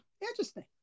interesting